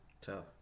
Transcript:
Tough